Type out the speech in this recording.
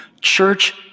church